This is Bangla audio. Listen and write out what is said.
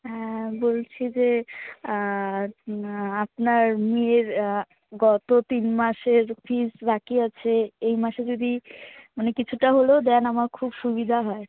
হ্যাঁ বলছি যে আপনার মেয়ের গত তিন মাসের ফিস বাকি আছে এই মাসে যদি মানে কিছুটা হলেও দেন আমার খুব সুবিধা হয়